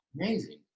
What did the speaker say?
Amazing